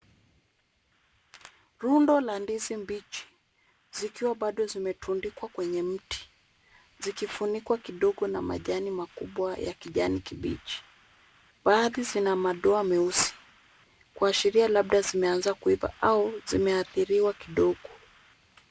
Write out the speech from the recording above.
Rundo la ndizi mbichi zikiwa bado zimetundikwa kwenye mti. Zikifunikwa kidogo na majani makubwa ya kijani kibichi. Baadhi zina madoa meusi, kuashiria labda zimeanza kuiva au zimeathiriwa kidogo.